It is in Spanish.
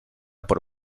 por